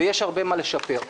יש הרבה מה לשפר.